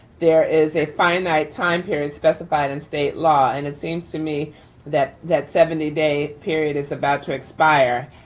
there is a finite time period specified in state law. and it seems to me that that seventy day period is about to expire.